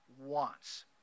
wants